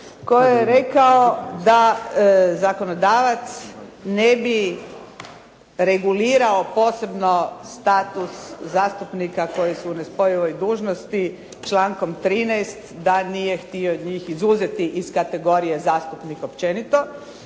koji je rekao da zakonodavac ne bi regulirao posebno status zastupnika koji su u nespojivoj dužnosti člankom 13. da nije htio njih izuzeti iz kategorije zastupnika općenito.